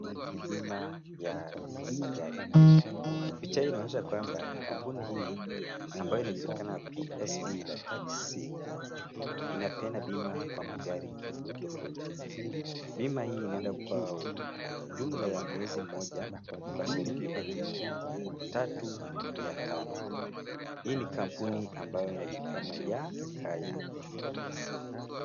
Hii ni bima ya magari. Picha hii inaonyesha kwamba kampuni hii ambayo inajulikana PSV taxi inapeana bima kwa magari tofauti tofauti. Bima hii inaenda kwa jumla ya mwezi mmoja kwa shilingi elfu tatu mia tano. Hii ni kampuni ambayo inajulikana Ykava.